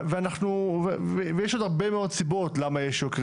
ויש עוד הרבה מאוד סיבות מדוע יש יוקר